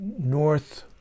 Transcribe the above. north